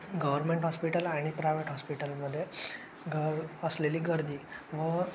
government hospital आणि private हॉस्पिटलमध्ये गर असलेली गर्दी व